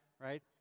right